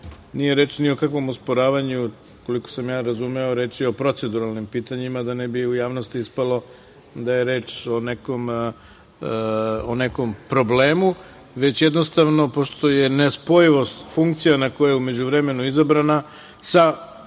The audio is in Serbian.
nije reč ni o kakvom osporavanju koliko sam ja razumeo, reč je o proceduralnim pitanjima, da ne bi u javnosti ispalo da je reč o nekom problemu, već jednostavno, pošto je nespojivost funkcija na koje je u međuvremenu izabrana sa